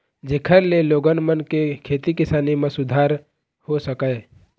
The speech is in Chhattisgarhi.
जेखर ले लोगन मन के खेती किसानी म सुधार हो सकय